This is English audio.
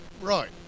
Right